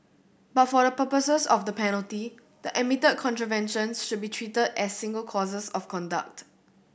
but for the purposes of the penalty the admitted contraventions should be treated as single courses of conduct